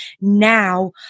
Now